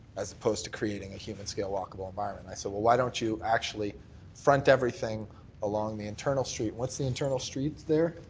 as opposed to creating a human scale walkable environment. so ah why don't you actually front everything along the internal street. what's the internal streets there?